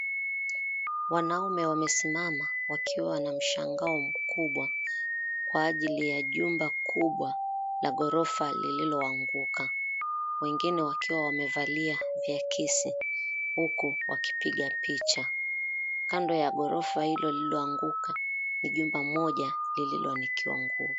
Wanaume wamesimama wakiwa na mshangao mkubwa kwa ajili ya jumba kubwa la ghorofa lililoanguka wengine wakiwa wamevalia viakisi huku wakipiga picha. Kando ya ghorofa hilo lilioanguka ni jumba moja lilionaikiwa nguo.